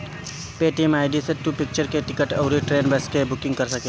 Paytm ID से तू picture के टिकट अउरी ट्रेन, बस के बुकिंग कर सकेला